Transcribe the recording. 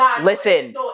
Listen